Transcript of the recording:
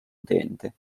utente